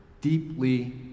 deeply